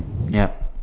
yup